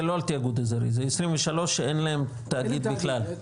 לא על תיאגוד אזורי אלא על 23 שאין להם תאגיד בכלל.